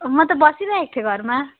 म त बसिरहेको थिएँ घरमा